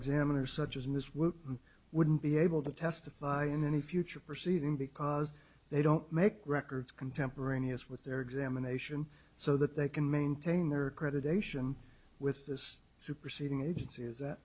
examiner such as ms wouldn't be able to testify in the future proceeding because they don't make records contemporaneous with their examination so that they can maintain their credit ation with this superseding agency is